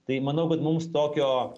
tai manau kad mums tokio